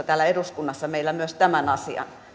täällä eduskunnassa myös tämän asian pitäisi olla